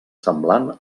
semblant